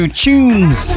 tunes